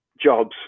jobs